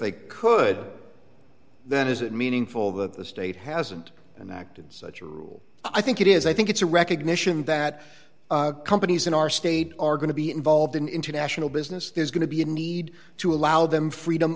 they could then is it meaningful that the state hasn't and acted such a rule i think it is i think it's a recognition that companies in our state are going to be involved in international business there's going to be a need to allow them freedom